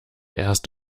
erst